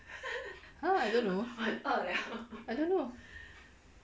!huh! I don't know